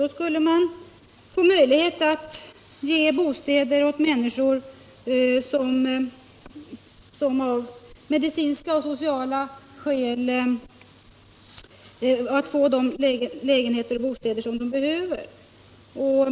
Då skulle man få möjlighet att åt människor ge de lägenheter och bostäder som de av medicinska och sociala skäl kan behöva.